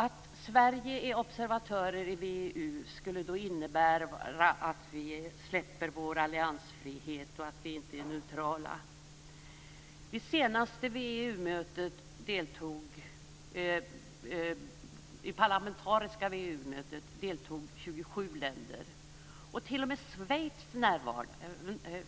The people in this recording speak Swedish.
Att Sverige är observatör i VEU skulle innebära att vi släpper vår alliansfrihet och att vi inte är neutrala. Vid det senaste parlamentariska VEU-mötet deltog 27 länder. T.o.m. Schweiz